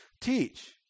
teach